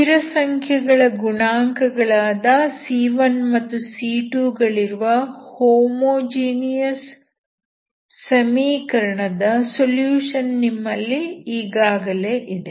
ಸ್ಥಿರಸಂಖ್ಯೆಗಳ ಗುಣಾಂಕಗಳಾದ c1 ಮತ್ತು c2 ಗಳಿರುವ ಹೋಮೋಜಿನಿಯಸ್ ಸಮೀಕರಣದ ಸೊಲ್ಯೂಷನ್ ನಿಮ್ಮಲ್ಲಿ ಈಗಾಗಲೇ ಇದೆ